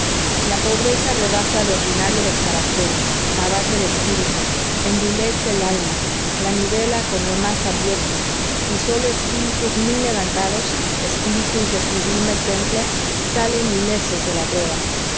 la pobreza rebaja de ordinario los caracteres abate el espíritu envilece el alma la nivela con lo más abyecto y sólo espíritus muy levantados espíritus de sublime temple salen ilesos de la prueba